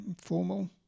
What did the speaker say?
formal